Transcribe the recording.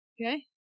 Okay